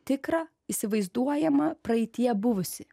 tikrą įsivaizduojamą praeityje buvusį